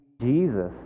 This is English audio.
Jesus